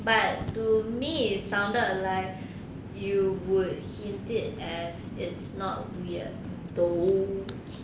but to me it sounded like you would hint it as it's not weird though~